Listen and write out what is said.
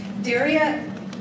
Daria